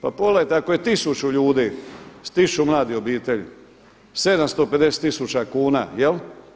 Pa pogledajte, ako je tisuću ljudi, tisuću mladih obitelji 750 000 kuna, jel'